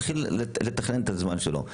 הוא מתחיל לתכנן את הזמן שלו.